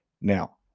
Now